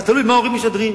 תלוי מה ההורים משדרים.